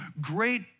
great